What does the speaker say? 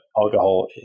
alcohol